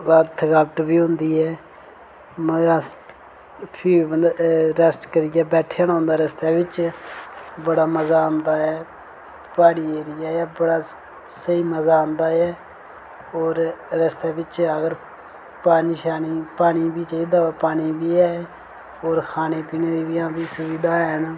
बाद थकावट बी होंदी ऐ मगर अस फ्ही मतलब रैस्ट करियै बैठना होंदा रस्ते बिच्च बड़ा मजा आंदा ऐ प्हाड़ी एरिया ऐ बड़ा स्हेई मजा आंदा ऐ होर रस्ते बिच्च अगर पानी शानी पानी बी चाहिदा होऐ पानी बी ऐ होर खाने पीने दियां बी सुविधा हैन